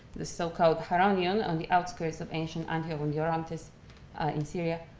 the so-called charonion on the outskirts of ancient antioch on the orontes in syria,